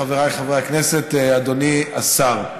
חבריי חברי הכנסת, אדוני השר,